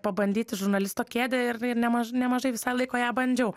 pabandyti žurnalisto kėdę ir ir nemaž nemažai visai laiko ją bandžiau